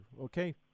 okay